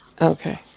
Okay